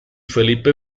felipe